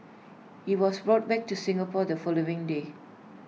he was brought back to Singapore the following day